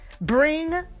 Bring